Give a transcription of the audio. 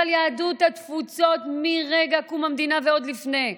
אבל יהדות התפוצות, מרגע קום המדינה ועוד לפני,